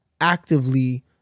actively